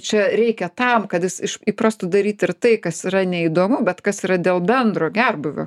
čia reikia tam kad jis iš įprastų daryt ir tai kas yra neįdomu bet kas yra dėl bendro gerbūvio